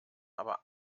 aber